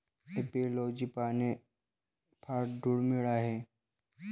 apiology पाहणे फार दुर्मिळ आहे